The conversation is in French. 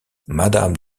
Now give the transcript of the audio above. madame